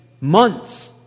months